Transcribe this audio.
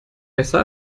besser